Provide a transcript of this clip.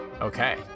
Okay